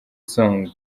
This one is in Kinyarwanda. song